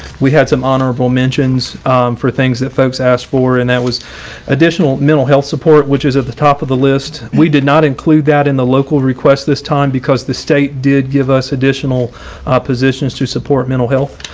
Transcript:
we had some honorable mentions for things that folks asked for. and that was additional mental health support, which is at the top of the list. we did not include that in the local request this time because the state did give us additional positions to support mental health.